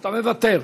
אתה מוותר.